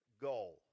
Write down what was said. goal